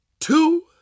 two